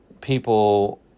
people